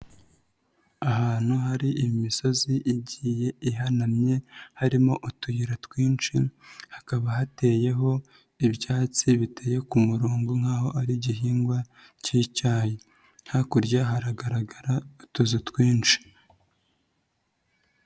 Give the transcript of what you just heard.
Ahantu hari imisozi igiye ihanamye harimo utuyira twinshi hakaba hateyeho ibyatsi biteye ku murongo nk'aho ari igihingwa cy'icyayi, hakurya haragaragara utuzu twinshi.